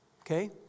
Okay